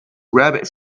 rabbit